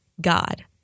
God